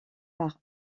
par